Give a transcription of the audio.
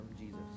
Jesus